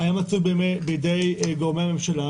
היה מצוי בידי גורמי ממשלה,